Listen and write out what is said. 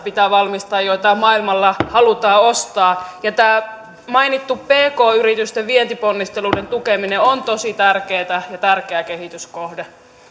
pitää valmistaa joita maailmalla halutaan ostaa tämä mainittu pk yritysten vientiponnistelujen tukeminen on tosi tärkeätä ja tärkeä kehityskohde